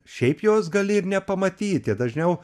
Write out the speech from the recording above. šiaip jos gali ir nepamatyti dažniau